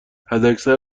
حداکثر